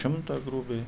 šimtą grubiai